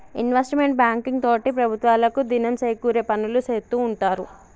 investment banking తోటి ప్రభుత్వాలకు దినం సేకూరే పనులు సేత్తూ ఉంటారు